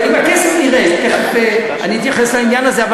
עם הכסף נראה, תכף אני אתייחס לעניין הזה.